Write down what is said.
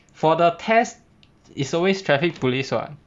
for the test is always traffic police [what]